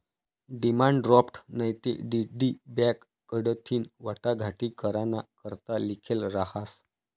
demand draft नैते DD bank कडथीन वाटाघाटी कराना करता लिखेल रहास